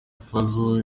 fazzo